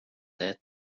that